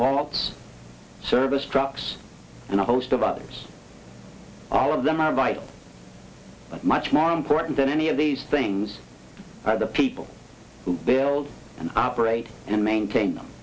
vaults service trucks and a host of others all of them are vital but much more important than any of these things are the people who build and operate and maintain them